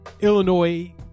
Illinois